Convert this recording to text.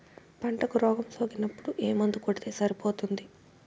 పంటకు రోగం సోకినపుడు ఏ మందు కొడితే సరిపోతుంది?